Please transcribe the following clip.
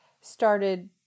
started